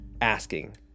asking